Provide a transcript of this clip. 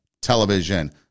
television